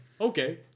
okay